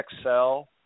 Excel